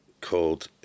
called